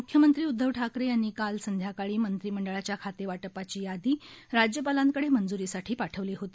मुख्यंमंत्री उदधव ठाकरे यांनी काल संध्याकाळी मंत्रीमंडळाच्या खातेवाटपाची यादी राज्यपालांकडे मंजरीसाठी पाठवली होती